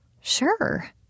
Sure